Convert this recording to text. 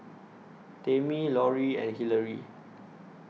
Tamie Laurie and Hilary